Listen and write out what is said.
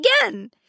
Again